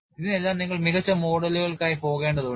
ഇതിനെല്ലാം നിങ്ങൾ മികച്ച മോഡലുകൾക്കായി പോകേണ്ടതുണ്ട്